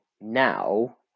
now